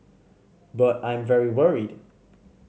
but I'm very worried